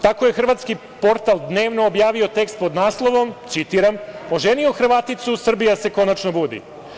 Tako je Hrvatski portal „Dnevno“ objavio tekst pod naslovom, citiram – „Oženio Hrvaticu, Srbija se konačno budi“